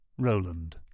Roland